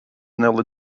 nearly